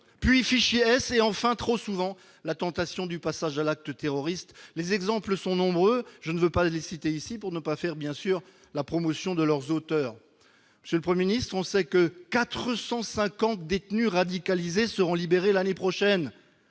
puis fichier S, et, enfin, trop souvent, la tentation du passage à l'acte terroriste. Les exemples sont nombreux, je ne veux pas les citer ici pour ne pas faire la promotion de leurs auteurs. Monsieur le Premier ministre, on sait que 450 détenus radicalisés seront libérés l'année prochaine.